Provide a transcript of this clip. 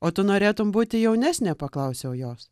o tu norėtum būti jaunesnė paklausiau jos